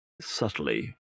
subtly